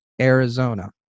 Arizona